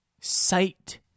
Sight